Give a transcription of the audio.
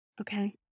Okay